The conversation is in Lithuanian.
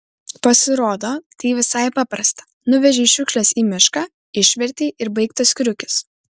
pasirodo tai visai paprasta nuvežei šiukšles į mišką išvertei ir baigtas kriukis